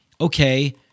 okay